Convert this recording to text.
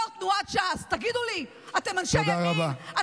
יו"ר תנועת ש"ס, תגידו לי, אתם אנשי ימין?